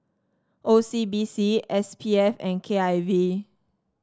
O C B C S P F and K I V